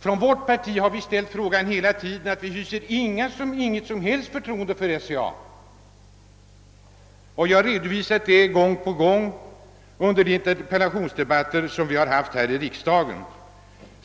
Från vårt parti har vi hela tiden förklarat att vi inte hyser något som helst förtroende för SCA. Vi har redovisat detta gång på gång under interpellationsdebatter här i riksdagen.